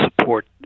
support